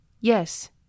Yes